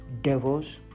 devils